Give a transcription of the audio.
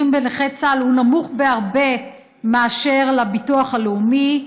בנכי צה"ל נמוך בהרבה מאשר לביטוח לאומי,